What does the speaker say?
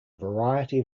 variety